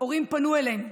הורים פנו אלינו.